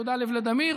תודה לוולדימיר.